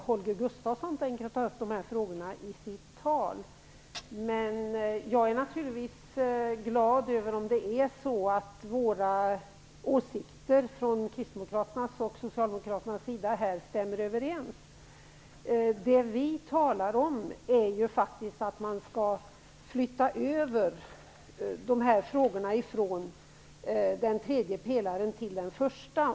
Herr talman! Jag skall inte fördjupa mig alltför mycket i de här frågorna eftersom Holger Gustafsson kommer att ta upp dem i sitt tal. Jag är naturligtvis glad om det är så att kristdemokraternas och socialdemokraternas åsikter stämmer överens. Vi talar ju faktiskt om att man skall flytta över frågorna från den tredje pelaren till den första.